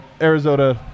Arizona